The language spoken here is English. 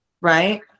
Right